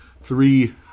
three